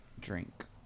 drink